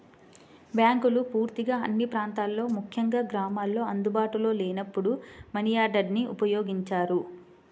బ్యాంకులు పూర్తిగా అన్ని ప్రాంతాల్లో ముఖ్యంగా గ్రామాల్లో అందుబాటులో లేనప్పుడు మనియార్డర్ని ఉపయోగించారు